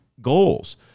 goals